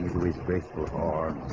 with graceful horns.